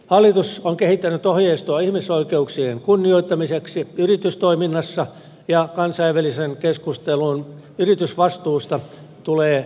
hallitus on kehittänyt ohjeistoa ihmisoikeuksien kunnioittamiseksi yritystoiminnassa ja kansainvälinen keskustelu yritysvastuusta tulee jatkumaan